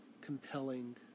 compelling